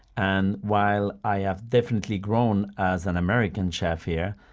and while i have definitely grown as an american chef here,